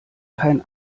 kein